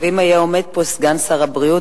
אם היה עומד פה סגן שר הבריאות,